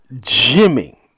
Jimmy